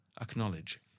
acknowledge